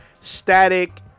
static